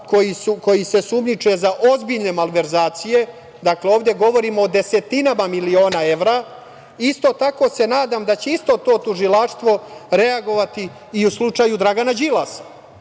koji se sumnjiče za ozbiljne malverzacije, dakle, ovde govorimo o desetinama miliona evra, isto tako se nadam da će isto to Tužilaštvo reagovati i u slučaju Dragana Đilasa,